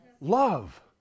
love